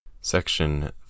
Section